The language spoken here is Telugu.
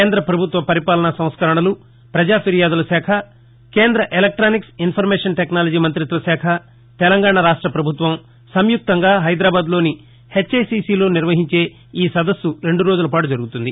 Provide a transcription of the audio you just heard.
కేంద్ర ప్రభుత్వ పరిపాలన సంస్కరణలు ప్రజా ఫిర్యాదుల శాఖ కేంద్ర ఎలక్ట్టానిక్స్ ఇన్ఫర్మేషన్ టెక్నాలజీ మంతిత్వ శాఖ తెలంగాణా రాష్ట ప్రభుత్వం సంయుక్తంగా హైదరాబాద్ లోని నిర్వహించే ఈ సదస్సు రెండు రోజుల పాటు జరుగుతుంది